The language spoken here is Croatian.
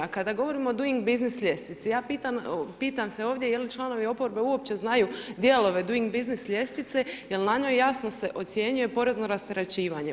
A kada govorimo o doing business ljestivici, ja pitam, pitam se ovdje, je li članovi oporbe uopće znaju dijelove doing business ljestvice jer na njoj jasno se ocjenjuje porezno rasterećivanje.